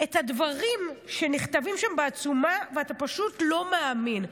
את הדברים שנכתבים שם בעצומה, ואתה פשוט לא מאמין.